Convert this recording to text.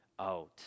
out